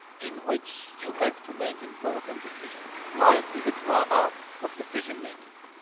in which you have to make important decisions. life is a drama of decision-making.